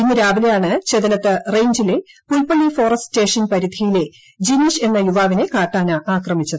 ഇന്ന് രാവിലെയാണ് ചെതലത്ത് കൃഷ്ണിഞ്ചിലെ പുൽപ്പള്ളി ഫോറസ്റ്റ് സ്റ്റേഷൻ പരിധിയിലെ ജിനീഷ് എന്നു് യുവാവിനെ കാട്ടാന ആക്രമിച്ചത്